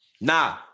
Nah